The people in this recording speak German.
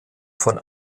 von